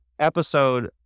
episode